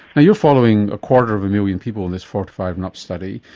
you're following a quarter of a million people in this forty five and up study.